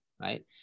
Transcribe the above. right